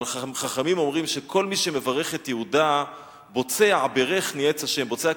אבל חכמים אומרים שכל מי שמברך את יהודה "בצע ברך נאץ ה'" בוצע,